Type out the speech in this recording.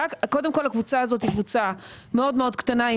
קודם כל הקבוצה הזאת היא קבוצה מאוד מאוד קטנה אם